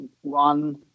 one